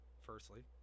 firstly